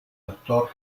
doctor